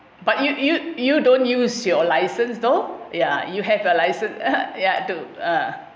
but you you you don't use your licence though ya you have a license (uh huh) ya to uh